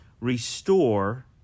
Restore